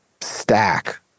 stack